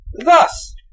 Thus